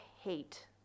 hate